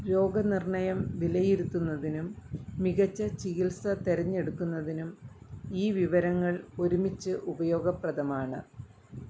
രോഗ നിർണ്ണയം വിലയിരുത്തുന്നതിനും മികച്ച ചികിത്സ തിരഞ്ഞെടുക്കുന്നതിനും ഈ വിവരങ്ങൾ ഒരുമിച്ച് ഉപയോഗപ്രദമാണ്